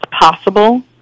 possible